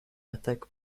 attack